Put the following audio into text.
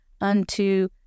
unto